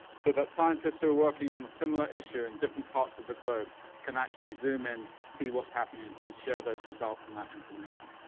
so that scientists who are working on a similar issue in different parts of the globe can actually zoom in, see what's happening, and share those results and that information.